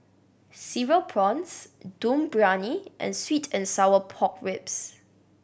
Cereal Prawns Dum Briyani and sweet and sour pork ribs